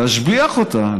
להשביח אותה,